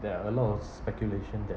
there are a lot of speculation that